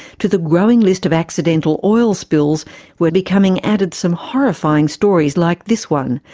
to the growing list of accidental oil spills were becoming added some horrifying stories like this one,